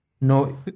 no